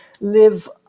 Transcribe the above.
live